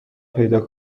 پیدا